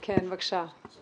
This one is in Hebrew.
כן, בבקשה.